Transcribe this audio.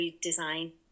design